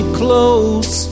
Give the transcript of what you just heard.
close